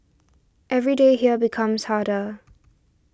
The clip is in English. every day here becomes harder